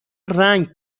رنگ